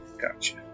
Gotcha